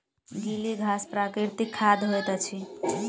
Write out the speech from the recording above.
गीली घास प्राकृतिक खाद होइत अछि